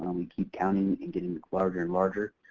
and we keep counting and getting larger and larger.